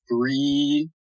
three